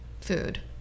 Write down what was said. food